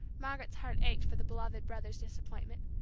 margaret's heart ached for the beloved brother's disappointment.